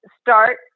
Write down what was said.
start